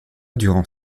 durant